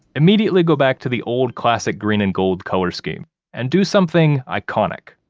immediately go back to the old classic green and gold color scheme and do something iconic.